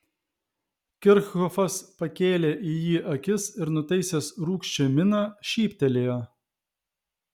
kirchhofas pakėlė į jį akis ir nutaisęs rūgščią miną šyptelėjo